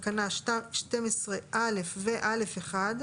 12(א) ו-(א)(1)